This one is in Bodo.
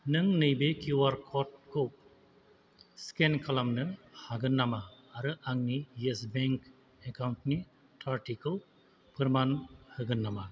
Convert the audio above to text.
नों नैबे किउआर क'डखौ स्केन खलामनो हागोन नामा आरो आंनि येस बेंक एकाउन्टनि थारथिखौ फोरमान होगोन नामा